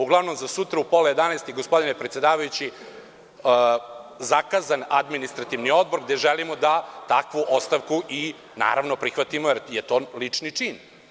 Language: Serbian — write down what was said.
Uglavnom, za sutra u pola jedanaest je, gospodine predsedavajući, zakazan Administrativni odbor, gde želim da takvu ostavku naravno i prihvatimo, jer je to lični čin.